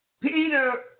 Peter